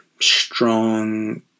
strong